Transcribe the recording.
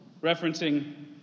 referencing